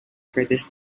curtis